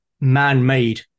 man-made